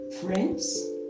Friends